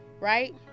right